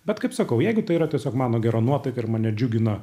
bet kaip sakau jeigu tai yra tiesiog mano gera nuotaika ir mane džiugina